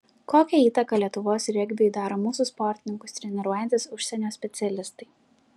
kokią įtaką lietuvos regbiui daro mūsų sportininkus treniruojantys užsienio specialistai